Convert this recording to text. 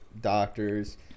doctors